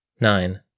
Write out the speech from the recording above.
Nine